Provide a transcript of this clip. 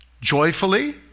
joyfully